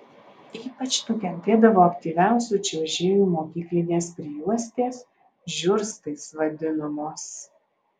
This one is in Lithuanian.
ypač nukentėdavo aktyviausių čiuožėjų mokyklinės prijuostės žiurstais vadinamos